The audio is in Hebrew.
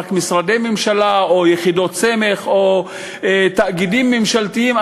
רק משרדי ממשלה או יחידות סמך או תאגידים ממשלתיים,